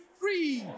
free